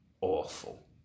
awful